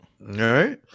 right